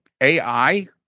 AI